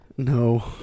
No